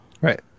Right